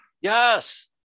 yes